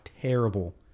terrible